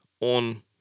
on